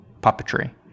puppetry